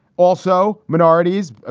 also, minorities,